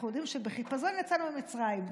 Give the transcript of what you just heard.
אנחנו יודעים שבחיפזון יצאנו ממצרים,